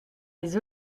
des